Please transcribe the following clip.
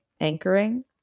anchoring